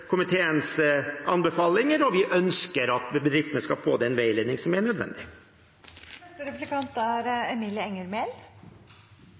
komiteens anbefalinger, og vi ønsker at bedriftene skal få den veiledningen som er nødvendig.